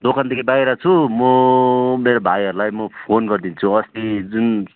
दोकानदेखि बाहिर छु म मेरो भाइहरूलाई म फोन गरिदिन्छु अस्ति जुन